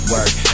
Work